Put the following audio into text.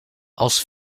als